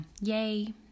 yay